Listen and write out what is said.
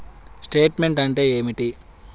Statement అంటే ఏమిటి?